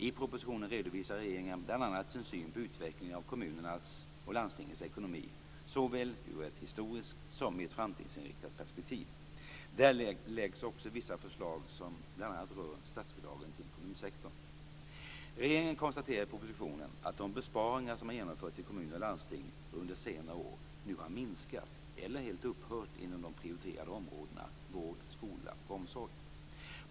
I propositionen redovisar regeringen bl.a. sin syn på utvecklingen av kommunernas och landstingens ekonomi, såväl ur ett historiskt som i ett framtidsinriktat perspektiv. Där läggs också fram vissa förslag som bl.a. rör statsbidragen till kommunsektorn. Regeringen konstaterar i propositionen att de besparingar som har genomförts i kommuner och landsting under senare år nu har minskat eller helt upphört inom de prioriterade områdena vård, skola och omsorg.